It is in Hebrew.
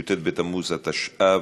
י"ט בתמוז התשע"ו,